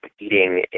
eating